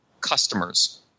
customers